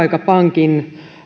työaikapankin